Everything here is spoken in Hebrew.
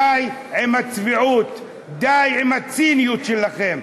די עם הצביעות, די עם הציניות שלכם.